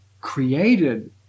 created